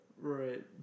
right